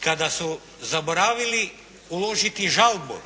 Kada su zaboravili uložiti žalbu